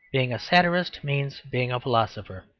being a satirist means being a philosopher.